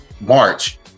March